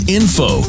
info